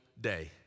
day